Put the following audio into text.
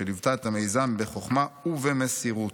שליוותה את המיזם בחוכמה ובמסירות.